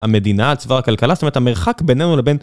המדינה, הצבא, הכלכלה, זאת אומרת, המרחק בינינו לבין...